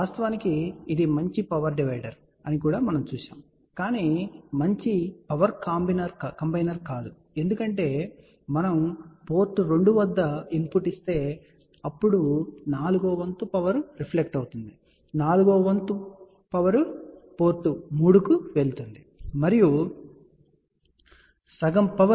వాస్తవానికి ఇది మంచి పవర్ డివైడర్ అని మనము చూశాము కాని మంచి పవర్ కంబైనర్ కాదు ఎందుకంటే మనము పోర్ట్ 2 వద్ద ఇన్పుట్ ఇస్తే అప్పుడు నాల్గవ వంతు పవర్ రిఫ్లెక్ట్ అవుతుంది నాల్గవ వంతు పవర్ పోర్ట్ 3 కి వెళుతుంది మరియు ½ పవర్ పోర్ట్ 1 కి వెళుతుంది సరే